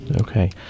Okay